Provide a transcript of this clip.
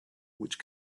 which